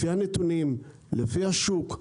לפי הנתונים, לפי השוק,